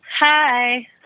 Hi